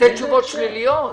לתת תשובות שליליות?